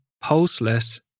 pulseless